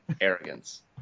arrogance